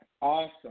Awesome